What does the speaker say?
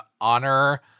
honor